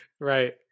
Right